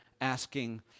asking